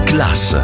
Class